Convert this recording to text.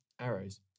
arrows